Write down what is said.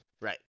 Right